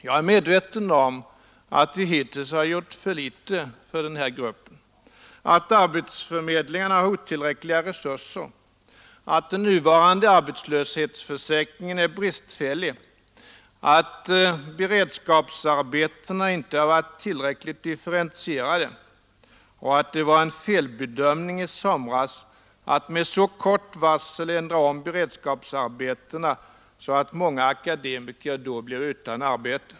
Jag är medveten om att vi hittills har gjort för litet för denna grupp, att arbetsförmedlingarna har otillräckliga resurser, att den nuvarande arbetslöshetsförsäkringen är bristfällig, att beredskapsarbetena inte varit tillräckligt differentierade och att det var en felbedömning i somras att med så kort varsel ändra om beredskapsarbetena så att många akademiker då blev utan arbete.